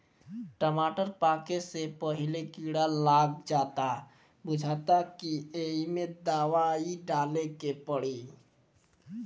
टमाटर पाके से पहिले कीड़ा लाग जाता बुझाता कि ऐइमे दवाई डाले के पड़ी